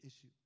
issue